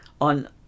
on